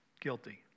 guilty